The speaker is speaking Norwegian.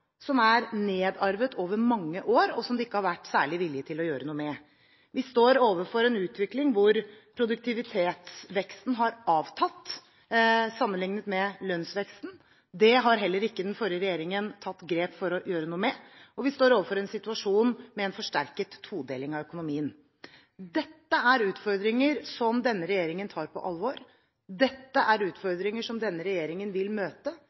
som er nedarvet over mange år, og som det ikke har vært særlig vilje til å gjøre noe med. Vi står overfor en utvikling hvor produktivitetsveksten har avtatt, sammenlignet med lønnsveksten. Det har heller ikke den forrige regjeringen tatt grep for å gjøre noe med. Vi står overfor en situasjon med en forsterket todeling av økonomien. Dette er utfordringer som denne regjeringen tar på alvor. Dette er utfordringer som denne regjeringen vil møte.